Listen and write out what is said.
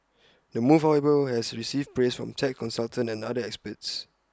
the move however has received praise from tax consultants and other experts